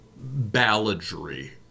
balladry